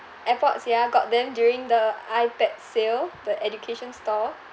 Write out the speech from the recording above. AirPods ya got them during the iPad sale the education store